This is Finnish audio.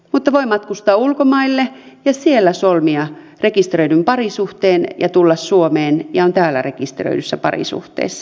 mutta voi matkustaa ulkomaille ja siellä solmia rekisteröidyn parisuhteen ja tulla suomeen ja on täällä rekisteröidyssä parisuhteessa